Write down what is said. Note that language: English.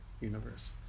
universe